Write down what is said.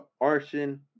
arson